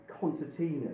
concertina